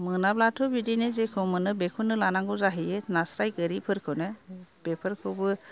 मोनाब्लाथ' बिदिनो जेखौ मोनो बेखौनो लानांगौ जाहैयो नास्राय गोरिफोरखौनो बेफोरखौबो